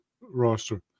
roster